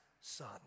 Son